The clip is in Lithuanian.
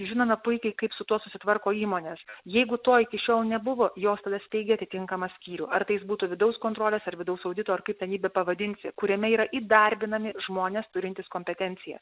žinome puikiai kaip su tuo susitvarko įmonės jeigu to iki šiol nebuvo jos tada steigia atitinkamą skyrių ar tai jis būtų vidaus kontrolės ar vidaus audito ar kaip ten jį bepavadinsi kuriame yra įdarbinami žmonės turintys kompetenciją